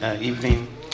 evening